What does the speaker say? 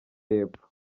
y’epfo